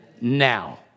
Now